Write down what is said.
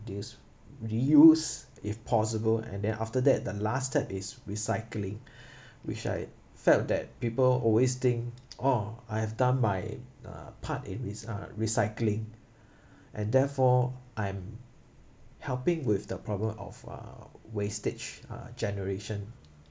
this reuse if possible and then after that the last step is recycling which I felt that people always think oh I have done my uh part in rec~ uh recycling and therefore I'm helping with the problem of uh wastage uh generation